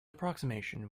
approximation